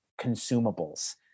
consumables